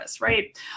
right